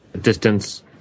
distance